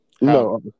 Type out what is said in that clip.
No